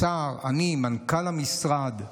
השר, אני, מנכ"ל המשרד,